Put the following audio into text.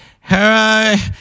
hello